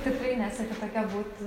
tikrai nesiekiu tokia būt